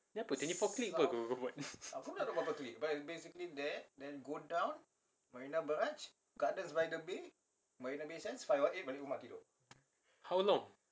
kenapa tu kenapa ada kick tu how long